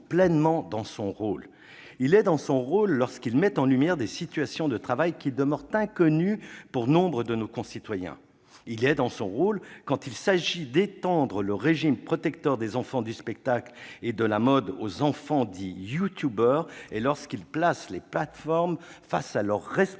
pleinement dans son rôle lorsqu'il met en lumière des situations de travail qui demeurent inconnues de nombre de nos concitoyens. Il est dans son rôle quand il s'agit d'étendre le régime protecteur des enfants du spectacle et de la mode aux enfants dits « youtubeurs » et lorsqu'il place les plateformes face à leurs responsabilités